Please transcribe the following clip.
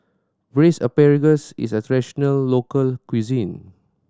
Braised Asparagus is a traditional local cuisine